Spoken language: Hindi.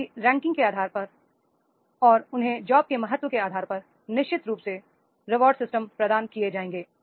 उनकी रैं किंग के आधार पर और उन्हें जॉब के महत्व के आधार पर निश्चित रूप से रिवॉर्ड सिस्टम प्रदान किए जाएंगे